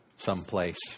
someplace